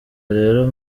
rero